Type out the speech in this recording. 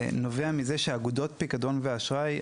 זה נובע מזה שאגודות פיקדון ואשראי,